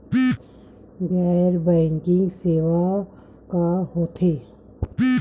गैर बैंकिंग सेवाएं का होथे?